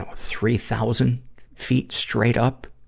ah three thousand feet straight up.